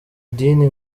idini